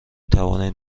توانید